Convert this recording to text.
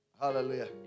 Hallelujah